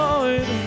Lord